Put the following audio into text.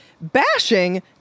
bashing